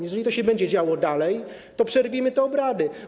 Jeżeli to się będzie działo dalej, to przerwijmy te obrady.